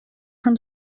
from